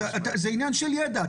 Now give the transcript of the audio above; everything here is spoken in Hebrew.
זה עניין של ידע.